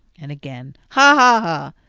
and again ha, ha,